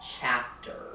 chapter